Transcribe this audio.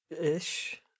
Ish